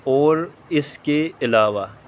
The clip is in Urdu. اور اس کے علاوہ